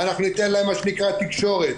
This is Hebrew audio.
ואנחנו ניתן להן מה שנקרא תקשורת,